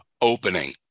opening